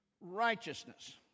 righteousness